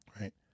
right